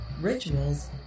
rituals